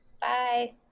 bye